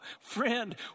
friend